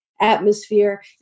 atmosphere